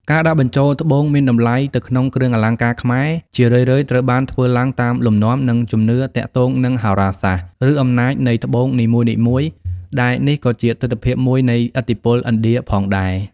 ការដាក់បញ្ចូលត្បូងមានតម្លៃទៅក្នុងគ្រឿងអលង្ការខ្មែរ ជារឿយៗត្រូវបានធ្វើឡើងតាមលំនាំ និងជំនឿទាក់ទងនឹងហោរាសាស្ត្រ ឬអំណាចនៃត្បូងនីមួយៗ ដែលនេះក៏ជាទិដ្ឋភាពមួយនៃឥទ្ធិពលឥណ្ឌាផងដែរ។